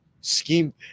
scheme